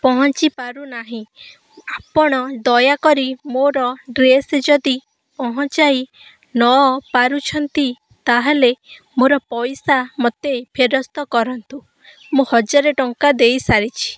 ପହଞ୍ଚିପାରୁ ନାହିଁ ଆପଣ ଦୟାକରି ମୋର ଡ୍ରେସ୍ ଯଦି ପହଞ୍ଚାଇ ନ ପାରୁଛନ୍ତି ତାହେଲେ ମୋର ପଇସା ମୋତେ ଫେରସ୍ତ କରନ୍ତୁ ମୁଁ ହଜାର ଟଙ୍କା ଦେଇସାରିଛି